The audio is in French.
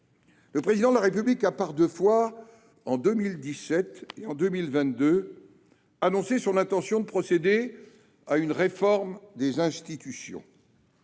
Le Président de la République a par deux fois, en 2017 et en 2022, annoncé son intention de procéder à une réforme des institutions.